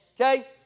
Okay